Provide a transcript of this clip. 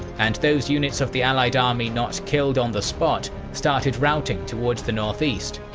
and those units of the allied army not killed on the spot started routing towards the northeast.